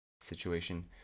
situation